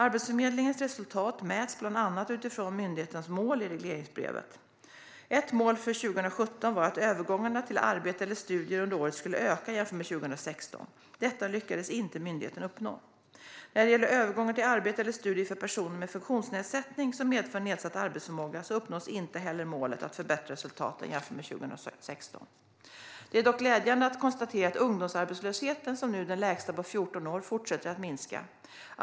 Arbetsförmedlingens resultat mäts bland annat utifrån myndighetens mål i regleringsbrevet. Ett mål för 2017 var att övergångarna till arbete eller studier under året skulle öka jämfört med 2016. Detta lyckades inte myndigheten uppnå. Inte heller när det gäller övergångar till arbete eller studier för personer med funktionsnedsättning som medför nedsatt arbetsförmåga uppnås målet att förbättra resultaten jämfört med 2016. Det är dock glädjande att konstatera att ungdomsarbetslösheten, som nu är den lägsta på 14 år, fortsätter att minska.